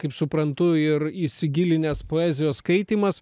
kaip suprantu ir įsigilinęs poezijos skaitymas